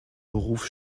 beruf